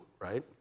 right